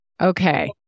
Okay